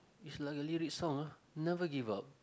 is like a lyrics song ah never give up